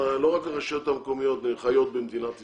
לא רק הרשויות המקומיות חיות במדינת ישראל,